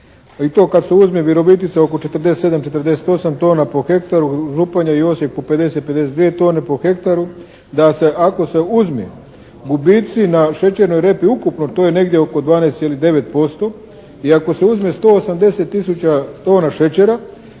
I to kad se uzme Virovitica oko 47, 48 tona po hektaru, Županja i Osijek po 50, 52 tone po hektaru da se ako se uzme gubitci na šećernoj repi ukupno, to je negdje oko 12,9% i ako se uzme 180 tisuća tona šećera